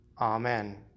Amen